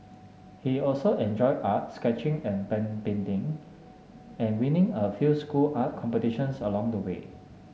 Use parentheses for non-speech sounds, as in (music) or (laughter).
he also enjoyed art sketching and (unintelligible) painting and winning a few school art competitions along the way